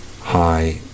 high